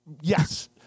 Yes